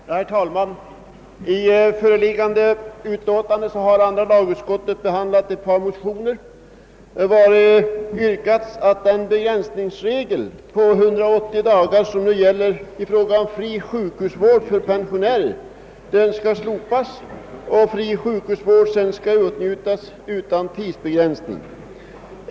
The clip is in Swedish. Herr talman! I föreliggande utlåtande har andra lagutskottet behandlat ett par motioner, vari yrkats att den begränsning till 180 dagar som nu gäller i fråga om fri sjukhusvård för pensionärer måtte slopas och fri sjukhusvård åtnjutas utan tidsbegränsning.